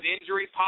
injury